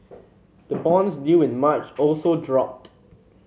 the bonds due in March also dropped